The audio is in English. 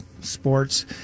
sports